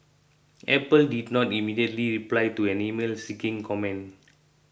Apple did not immediately reply to an email seeking comment